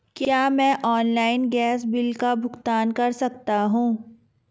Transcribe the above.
क्या मैं online gas bill का भुगतान कर सकता हूँ?